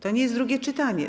To nie jest drugie czytanie.